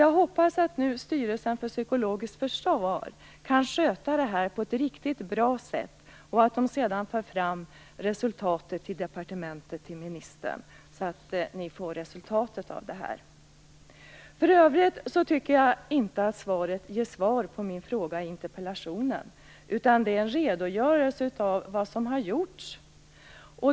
Jag hoppas att Styrelsen för psykologiskt försvar nu kan sköta det här på ett riktigt bra sätt och sedan för fram resultatet till departementet och ministern, så att de får resultatet av detta. För övrigt tycker jag inte att svaret ger svar på min fråga i interpellationen, utan det är en redogörelse av vad som har gjorts.